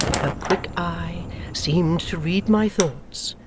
her quick eye seemed to read my thoughts,